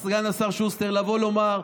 סגן השר שוסטר, לבוא לומר: